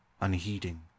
unheeding